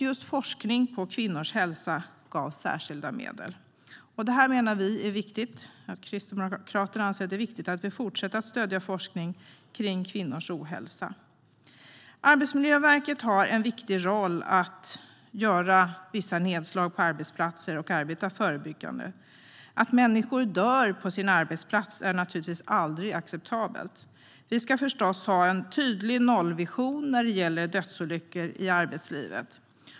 Just forskning på kvinnors hälsa gavs särskilda medel. Vi kristdemokrater menar att det är viktigt att vi fortsätter att stödja forskning om kvinnors ohälsa. Arbetsmiljöverket har en viktig roll i att göra vissa nedslag på arbetsplatser och arbeta förebyggande. Att människor dör på sin arbetsplats är aldrig acceptabelt. Vi ska förstås ha en tydlig nollvision för dödsolyckor i arbetslivet.